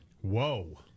Whoa